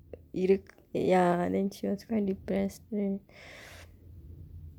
ya ya then she was quite depressed then